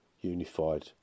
unified